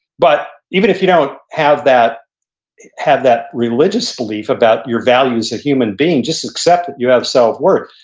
but even if you don't have that have that religious belief about your value as a human being, just accept that you have self-worth.